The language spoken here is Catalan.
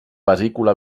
vesícula